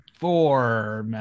Four